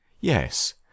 Yes